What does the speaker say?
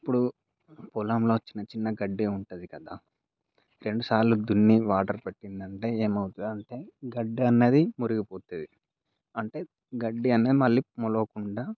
ఇప్పుడు పొలములో చిన్న చిన్న గడ్డి ఉంటుంది కదా రెండుసార్లు దున్ని వాటర్ పెట్టిందంటే ఏమవుతుంది అంటే గడ్డి అన్నది ము మురిగిపోతుంది అంటే గడ్డి అనేది మళ్ళీ మొలవకుండా